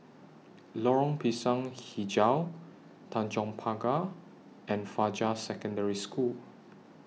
Lorong Pisang Hijau Tanjong Pagar and Fajar Secondary School